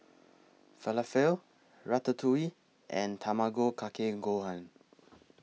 Falafel Ratatouille and Tamago Kake Gohan